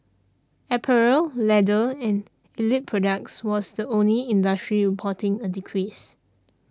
apparel leather and allied products was the only industry reporting a decrease